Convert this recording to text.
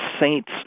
saints